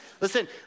Listen